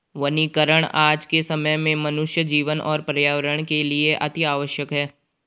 वनीकरण आज के समय में मनुष्य जीवन और पर्यावरण के लिए अतिआवश्यक है